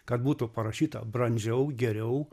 kad būtų parašyta brandžiau geriau